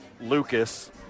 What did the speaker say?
Lucas